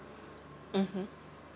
mmhmm